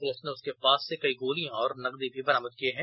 police ने उसके पास से कई गोलियों और नकदी भी बरामद किये हैं